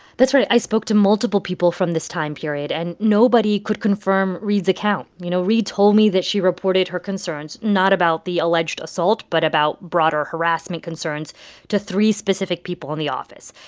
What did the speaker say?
that's right. i spoke to multiple people from this time period, and nobody could confirm reade's account. you know, reade told me that she reported her concerns not about the alleged assault but about broader harassment concerns to three specific people in the office.